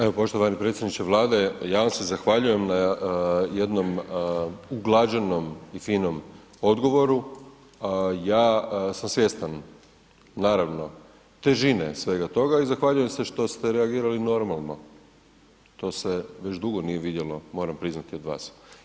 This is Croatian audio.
Evo poštovani predsjedniče Vlade, ja vam se zahvaljujem na jednom uglađenom i finom odgovoru, ja sam svjestan naravno težine svega toga i zahvaljujem se što ste reagirali normalno, to se već dugo nije vidjelo, moram priznati, od vas.